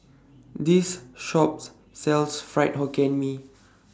This Shop sells Fried Hokkien Mee